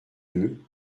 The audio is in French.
deux